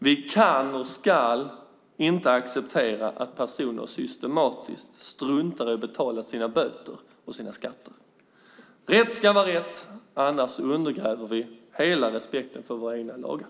Vi kan och ska inte acceptera att personer systematiskt struntar i att betala sina böter och skatter. Rätt ska vara rätt, annars undergräver vi hela respekten för våra egna lagar.